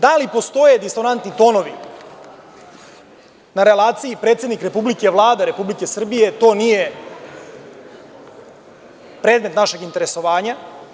Da li postoje disonantni tonovi na relaciji predsednik Republike – Vlada Republike Srbije, to nije predmet našeg interesovanja.